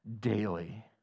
daily